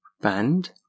Band